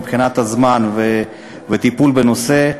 מבחינת הזמן והטיפול בנושא,